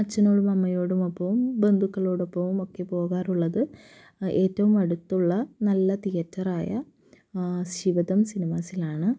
അച്ഛനോടും അമ്മയോടും ഒപ്പവും ബന്ധുക്കളോടൊപ്പവും ഒക്കെ പോകാറുള്ളത് ഏറ്റവും അടുത്തുള്ള നല്ല തിയറ്റർ ആയ ശിവദം സിനിമാസിലാണ്